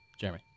Jeremy